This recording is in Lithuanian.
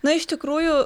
na iš tikrųjų